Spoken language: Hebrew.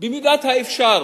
במידת האפשר